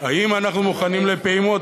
האם אנחנו מוכנים לפעימות?